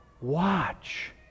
Watch